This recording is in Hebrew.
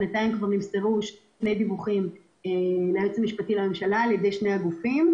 בינתיים נמסרו ליועץ המשפטי לממשלה כבר שני דיווחים על ידי שני הגופים,